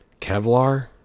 Kevlar